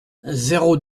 zéro